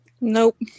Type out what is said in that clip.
nope